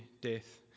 death